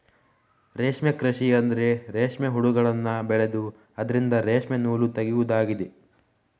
ರೇಷ್ಮೆ ಕೃಷಿ ಅಂದ್ರೆ ರೇಷ್ಮೆ ಹುಳಗಳನ್ನ ಬೆಳೆದು ಅದ್ರಿಂದ ರೇಷ್ಮೆ ನೂಲು ತೆಗೆಯುದಾಗಿದೆ